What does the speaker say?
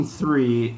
three